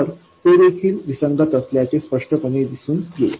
तर ते देखील विसंगत असल्याचे स्पष्टपणे दिसून येईल